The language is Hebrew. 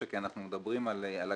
זאת אומרת,